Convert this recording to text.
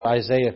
Isaiah